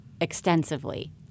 extensively